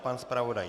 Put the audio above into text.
Pan zpravodaj?